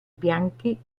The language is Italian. bianchi